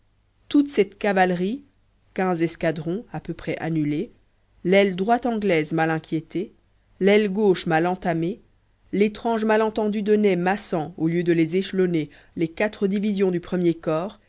toute cette cavalerie quinze escadrons à peu près annulée l'aile droite anglaise mal inquiétée l'aile gauche mal entamée l'étrange malentendu de ney massant au lieu de les échelonner les quatre divisions du premier corps